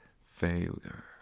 failure